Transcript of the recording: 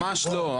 ממש לא.